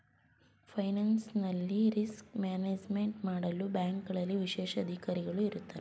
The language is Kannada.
ಫೈನಾನ್ಸಿಯಲ್ ರಿಸ್ಕ್ ಮ್ಯಾನೇಜ್ಮೆಂಟ್ ಮಾಡಲು ಬ್ಯಾಂಕ್ನಲ್ಲಿ ವಿಶೇಷ ಅಧಿಕಾರಿಗಳು ಇರತ್ತಾರೆ